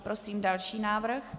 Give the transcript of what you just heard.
Prosím další návrh.